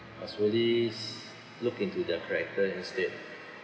must really s~ look into their character instead